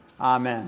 Amen